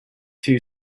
two